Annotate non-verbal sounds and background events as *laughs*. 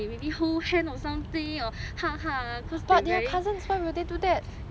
hold hand or something *laughs*